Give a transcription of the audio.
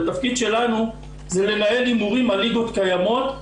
התפקיד שלנו זה לנהל הימורים בליגות קיימות,